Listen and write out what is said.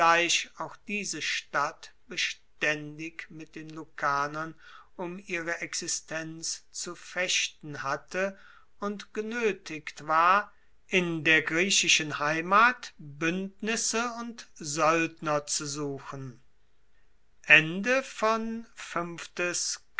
auch diese stadt bestaendig mit den lucanern um ihre existenz zu fechten hatte und genoetigt war in oder griechischen heimat buendnisse und soeldner zu suchen